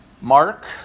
Mark